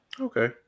Okay